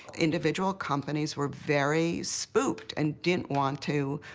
individual companies were very spooked and didn't want to,